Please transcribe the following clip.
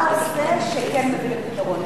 מה הוא עושה שכן מביא לפתרון?